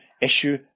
issue